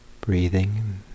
breathing